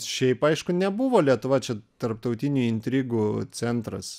šiaip aišku nebuvo lietuva čia tarptautinių intrigų centras